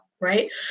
right